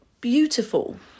beautiful